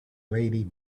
lady